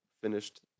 finished